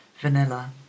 vanilla